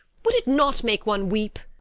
would it not make one weep?